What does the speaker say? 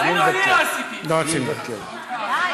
אני מבקש.